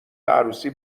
عروسی